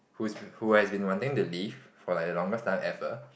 who's who has been wanting to leave for like the longest time ever